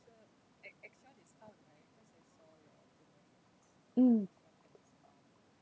mm